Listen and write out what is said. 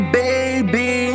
baby